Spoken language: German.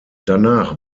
danach